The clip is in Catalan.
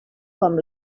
com